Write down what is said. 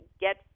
get